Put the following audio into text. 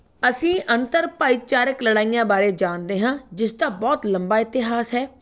ਅਸੀਂ ਅੰਤਰ ਭਾਈਚਾਰਕ ਲੜਾਈਆਂ ਬਾਰੇ ਜਾਣਦੇ ਹਾਂ ਜਿਸ ਦਾ ਬਹੁਤ ਲੰਬਾ ਇਤਿਹਾਸ ਹੈ